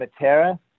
Matera